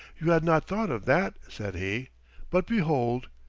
you had not thought of that, said he but behold!